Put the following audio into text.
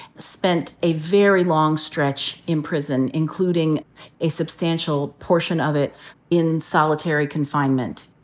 spent a very long stretch in prison, including a substantial portion of it in solitary confinement.